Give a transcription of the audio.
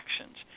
actions